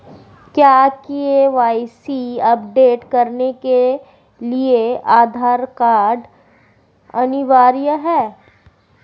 क्या KYC update करने के लिए आधार कार्ड अनिवार्य है?